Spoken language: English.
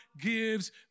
gives